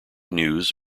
news